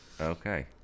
okay